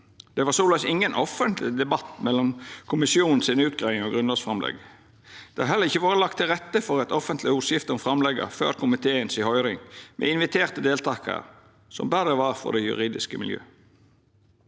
Det var soleis ingen offentleg debatt mellom kommisjonen si utgreiing og grunnlovsframlegget. Det har heller ikkje vore lagt til rette for eit offentleg ordskifte om framlegga før komiteen si høyring med inviterte deltakarar, som berre var frå det juridiske miljøet.